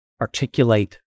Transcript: articulate